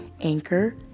Anchor